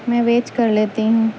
میں ویت کر لیتی ہوں